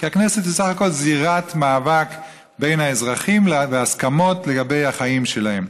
כי הכנסת היא בסך הכול זירת מאבק בין האזרחים והסכמות לגבי החיים שלהם.